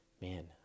man